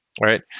right